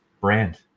brand